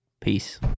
peace